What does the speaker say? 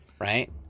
Right